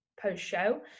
post-show